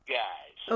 guys